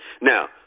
Now